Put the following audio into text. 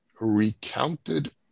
recounted